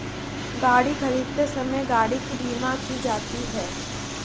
गाड़ी खरीदते समय गाड़ी की बीमा की जाती है